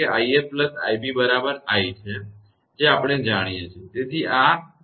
𝑖𝑓 𝑖𝑏 બરાબર i છે જે આપણે જાણીએ છીએ